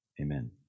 amen